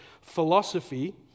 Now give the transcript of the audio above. philosophy